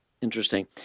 Interesting